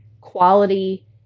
quality